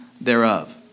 thereof